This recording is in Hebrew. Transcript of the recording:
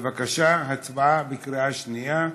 בבקשה, הצבעה בקריאה שנייה.